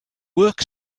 work